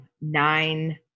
nine